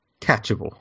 catchable